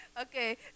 Okay